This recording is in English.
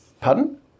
Pardon